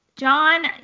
John